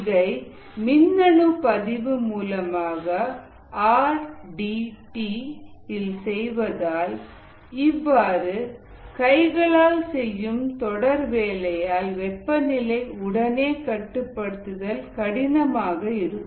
இதை மின்னணு பதிவு மூலமாக ஆர் டி டி இல் செய்வதால் இவ்வாறு கைகளால் செய்யும் தொடர் வேலையால் வெப்பநிலையை உடனே கட்டுப்படுத்துதல் கடினமாக இருக்கும்